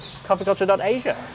CoffeeCulture.Asia